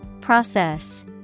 Process